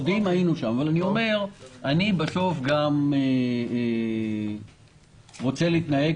אבל בסוף אני רוצה להתנהג